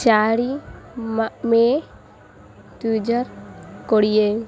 ଚାରି ମେ ଦୁଇହଜାର କୋଡ଼ିଏ